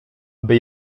aby